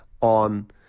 on